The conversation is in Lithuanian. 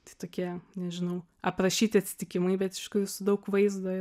tai tokie nežinau aprašyti atsitikimai bet su daug vaizdo